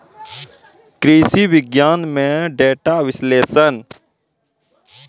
कृषि विज्ञान में डेटा विश्लेषण